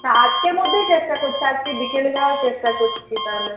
হ্যাঁ আজকের মধ্যেই চেষ্টা করছি আজকে বিকেলে যাওয়ার চেষ্টা করছি তাহলে